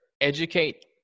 educate